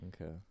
Okay